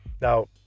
Now